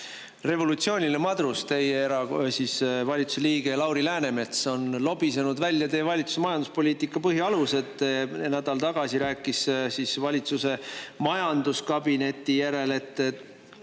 Revolutsiooniline madrus, teie valitsuse liige Lauri Läänemets on lobisenud välja teie valitsuse majanduspoliitika põhialused. Nädal tagasi rääkis ta valitsuse majanduskabineti järel, mis